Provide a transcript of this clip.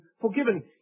forgiven